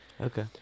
Okay